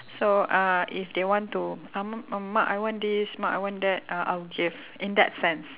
so uh if they want to uh m~ mak I want this mak I want that uh I'll give in that sense